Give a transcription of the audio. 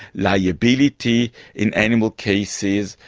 liability in animal cases,